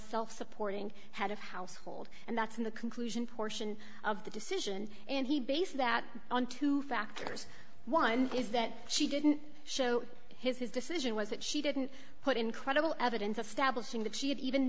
self supporting head of household and that's in the conclusion portion of the decision and he base that on two factors one is that she didn't show his his decision was that she didn't put incredible evidence of